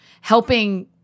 helping